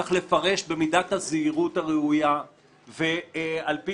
צריך לפרש במידת הזהירות הראויה ועל פי